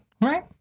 right